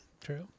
True